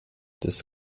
des